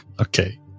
Okay